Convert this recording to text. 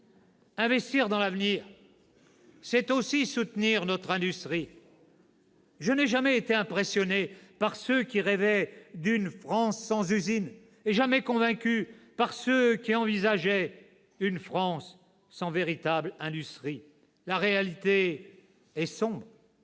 Investir dans l'avenir, c'est aussi soutenir notre industrie. Je n'ai jamais été impressionné par ceux qui rêvaient d'une industrie sans usine, et jamais convaincu par ceux qui envisageaient une France sans industrie. « La réalité est sombre.